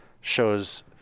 shows